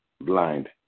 blind